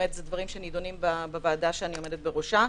באמת אלה דברים שנידונים בוועדה שאני עומדת בראשה.